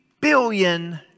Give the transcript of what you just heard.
billion